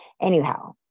anyhow